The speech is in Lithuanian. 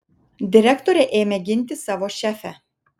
direktorė ėmė ginti savo šefę